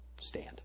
Stand